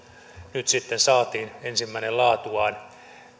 nyt sitten saatiin ensimmäinen laatuaan